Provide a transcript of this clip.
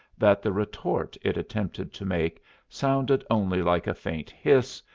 that the retort it attempted to make sounded only like a faint hiss,